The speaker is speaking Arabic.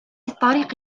الطريق